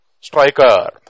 Striker